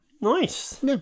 Nice